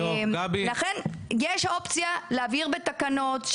יש אופציה להעביר בתקנות,